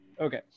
Okay